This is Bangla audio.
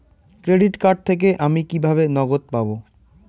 ক্রেডিট কার্ড থেকে আমি কিভাবে নগদ পাব?